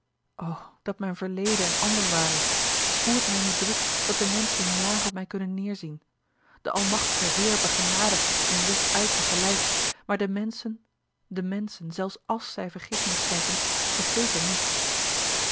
dat mijn verleden een ander ware hoe het mij nu drukt dat de menschen laag op mij kunnen neêrzien de almachtige heer begenadigt en wischt uit tegelijk maar de menschen de menschen zelfs als zij vergiffenis schenken vergeten niet